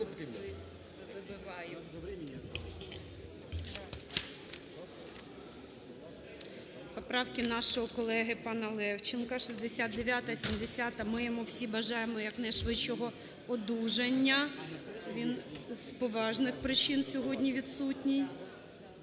Поправки нашого колеги панаЛевченка 69-а і 70-а. Ми йому всі бажаємо якнайшвидшого одужання. Він з поважних причин сьогодні відсутній.